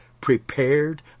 prepared